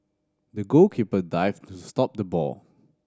the goalkeeper dived to stop the ball